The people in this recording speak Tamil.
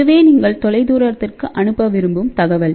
இதுவேநீங்கள் தொலைதூரத்திற்கு அனுப்ப விரும்பும் தகவல்